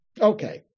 Okay